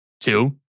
two